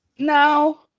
No